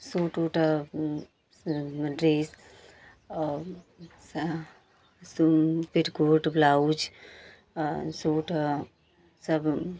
suit ऊट सब dress औ पेटीकोट ब्लाउज सूट सब